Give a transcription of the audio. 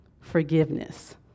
forgiveness